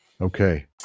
okay